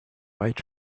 white